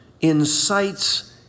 incites